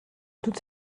toutes